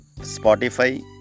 Spotify